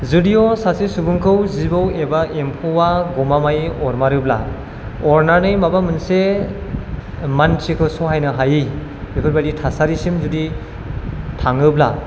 जुदिय' सासे सुबुंखौ जिबौ एबा एम्फौआ गमामायै अरमारोब्ला अरनानै माबा मोनसे मानसिखौ सहायनो हायै बेफोरबादि थासारिसिम जुदि थाङोब्ला